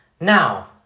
Now